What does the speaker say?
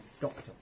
doctor